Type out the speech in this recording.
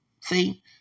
see